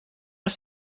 auf